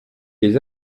les